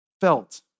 felt